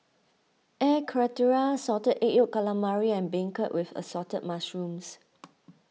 Air Karthira Salted Egg Yolk Calamari and Beancurd with Assorted Mushrooms